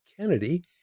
Kennedy